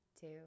two